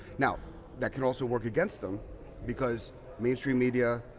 now that can also work against them because mainstream media,